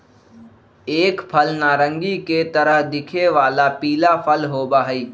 एक फल नारंगी के तरह दिखे वाला पीला फल होबा हई